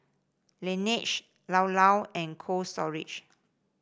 Laneige Llao Llao and Cold Storage